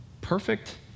perfect